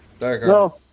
No